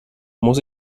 muss